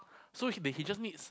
so he then he just needs